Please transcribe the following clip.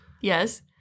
Yes